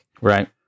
Right